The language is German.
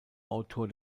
autor